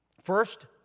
First